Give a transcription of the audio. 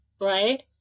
Right